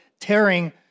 tearing